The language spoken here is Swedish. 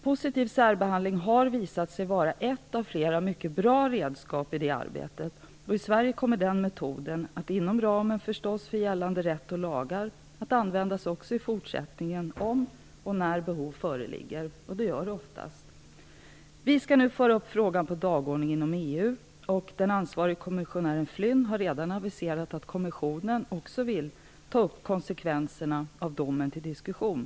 Positiv särbehandling har visat sig vara ett av flera mycket bra redskap i det arbetet, och i Sverige kommer den metoden att inom ramen för gällande rätt och lagar användas även i fortsättningen, om och när behov föreligger - och det gör det oftast. Vi skall nu föra upp frågan på dagordningen inom EU. Den ansvarige kommissionären Flynn har redan aviserat att kommissionen också vill ta upp konsekvenserna av domen till diskussion.